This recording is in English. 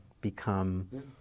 become